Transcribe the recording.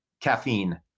Caffeine